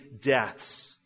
Deaths